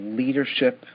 leadership